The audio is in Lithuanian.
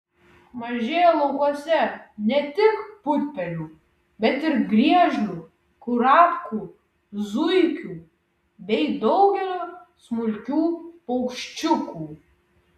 mažėja laukuose ne tik putpelių bet ir griežlių kurapkų zuikių bei daugelio smulkių paukščiukų